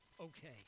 okay